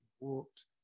Walked